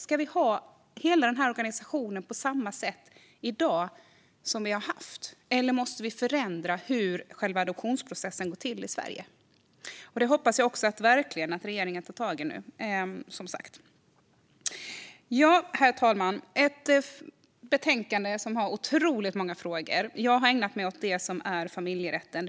Ska vi ha hela den här organisationen på samma sätt i dag som vi har haft den, eller måste vi förändra hur själva adoptionsprocessen går till i Sverige? Det hoppas jag verkligen att regeringen tar tag i nu. Herr talman! Det här är ett betänkande som har otroligt många frågor. Jag har ägnat mig åt det som rör familjerätten.